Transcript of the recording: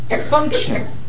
function